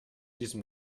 diesem